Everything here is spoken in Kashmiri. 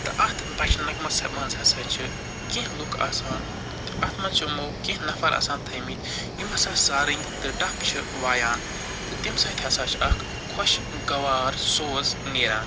تہٕ اتھ بچہٕ نغمس منٛز ہَسا چھِ کیٚنٛہہ لوٗکھ آسان اتھ منٛز چھِ یِمو کیٚنٛہہ نفر آسان تھٲمِتۍ یِم ہَسا سارٔنٛگۍ تہٕ ڈف چھِ وایان تہٕ تَمہِ سۭتۍ ہَسا چھُ اَکھ خۄشگوار سوز نیران